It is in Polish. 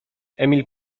emil